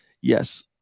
Yes